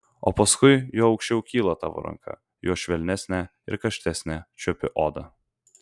o paskui juo aukščiau kyla tavo ranka juo švelnesnę ir karštesnę čiuopi odą